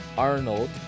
arnold